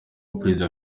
perezida